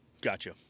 Gotcha